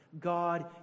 God